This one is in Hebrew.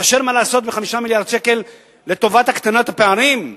חסר מה לעשות ב-5 מיליארד שקל לטובת הקטנת הפערים?